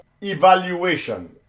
evaluation